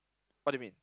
what do you mean